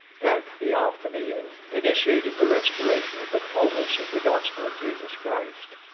that theophany and initiated the restoration of the fulness of the gospel of jesus christ